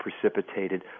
precipitated